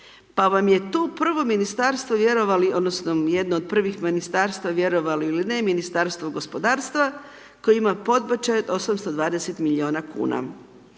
Pa vam je tu prvo Ministarstvo, vjerovali odnosno jedno od prvih Ministarstava, vjerovali ili ne, Ministarstvo gospodarstva, koje ima podbačaj od 820 milijuna kuna.